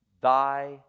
thy